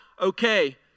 okay